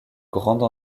grande